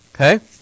Okay